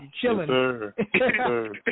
chilling